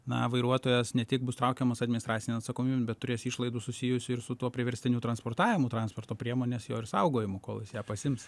na vairuotojas ne tik bus traukiamas administracinėn atsakomybėn bet turės išlaidų susijusių ir su tuo priverstiniu transportavimu transporto priemonės jo ir saugojimu kol jis ją pasiims